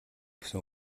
гэсэн